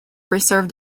preserve